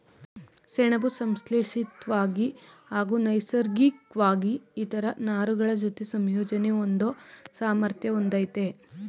ಸೆಣಬು ಸಂಶ್ಲೇಷಿತ್ವಾಗಿ ಹಾಗೂ ನೈಸರ್ಗಿಕ್ವಾಗಿ ಇತರ ನಾರುಗಳಜೊತೆ ಸಂಯೋಜನೆ ಹೊಂದೋ ಸಾಮರ್ಥ್ಯ ಹೊಂದಯ್ತೆ